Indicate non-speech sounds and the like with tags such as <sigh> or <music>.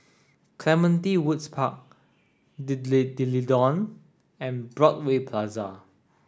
Clementi Woods Park <unintelligible> D'Leedon and Broadway Plaza